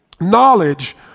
knowledge